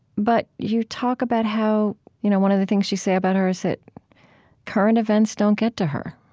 but you talk about how you know one of the things you say about her is that current events don't get to her.